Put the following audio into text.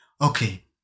Okay